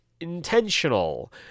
intentional